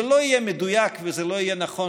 זה לא יהיה מדויק וזה לא יהיה נכון